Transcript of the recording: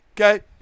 Okay